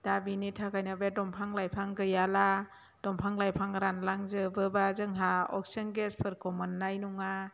दा बिनि थाखायनो बे दंफां लाइफां गैयाब्ला दंफां लाइफां रानलां जोबोब्ला जोंहा अक्सिजेन गेसफोरखौ मोननाय नङा